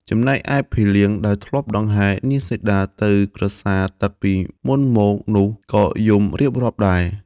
ចំណែកឯភីលៀងដែលធ្លាប់ដង្ហែរនាងសីតាទៅក្រសាលទឹកពីមុនមកនោះក៏យំរៀបរាប់ដែរ។